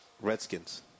Redskins